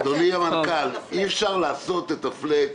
אדוני המנכ"ל, אנחנו נמצאים היום ביום שלישי.